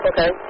Okay